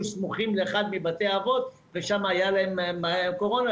סמוכים לאחד מבתי האבות ושם היה להם קורונה,